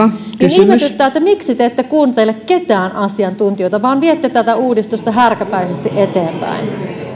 ihmetyttää miksi te ette kuuntele ketään asiantuntijoita vaan viette tätä uudistusta härkäpäisesti eteenpäin